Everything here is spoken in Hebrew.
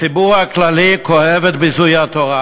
הציבור הכללי כואב את ביזוי התורה,